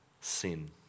sin